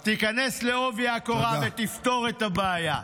תיכנס בעובי הקורה ותפתור את הבעיה.